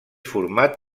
format